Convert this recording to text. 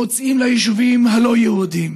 מוציאים ליישובים הלא-יהודיים.